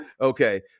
okay